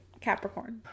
Capricorn